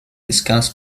discuss